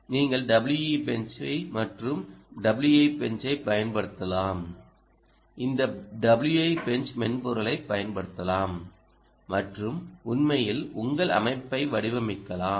நீங்கள் WEbench மற்றும் WEbench ஐப் பயன்படுத்தலாம் இந்த WEbench மென்பொருளைப் பயன்படுத்தலாம் மற்றும் உண்மையில் உங்கள் அமைப்பை வடிவமைக்கலாம்